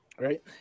Right